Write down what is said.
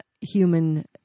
human